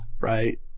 right